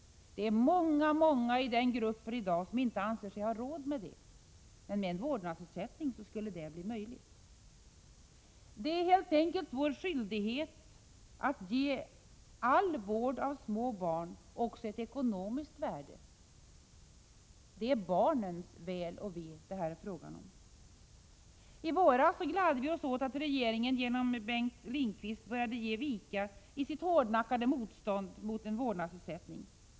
Det är många, många i den gruppen som i dag inte anser sig ha råd med det, men med en vårdnadsersättning skulle det bli möjligt. Det är helt enkelt vår skyldighet att ge all vård av små barn också ett ekonomiskt värde. Det är barnens väl och ve det här är fråga om. I våras gladde vi oss åt att regeringen genom Bengt Lindqvist började ge vika i sitt hårdnackade motstånd mot en vårdnadsersättning.